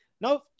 Now